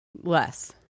Less